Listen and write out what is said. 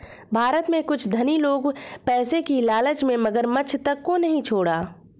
भारत में कुछ धनी लोग पैसे की लालच में मगरमच्छ तक को नहीं छोड़ा